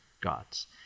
gods